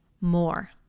more